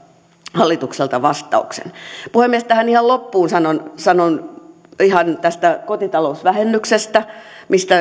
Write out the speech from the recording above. hallitukselta vastauksen puhemies tähän ihan loppuun sanon sanon kotitalousvähennyksestä mistä